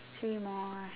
three more